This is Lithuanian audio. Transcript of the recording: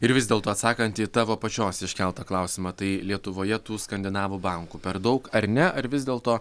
ir vis dėlto atsakant į tavo pačios iškeltą klausimą tai lietuvoje tų skandinavų bankų per daug ar ne ar vis dėlto